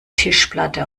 tischplatte